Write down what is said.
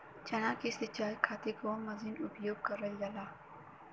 चना के सिंचाई खाती कवन मसीन उपयोग करल जाला?